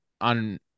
on